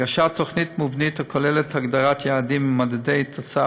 הגשת תוכנית מובנית הכוללת הגדרת יעדים ומדדי תוצאה